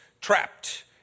trapped